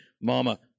Mama